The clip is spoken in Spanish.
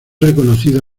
reconocida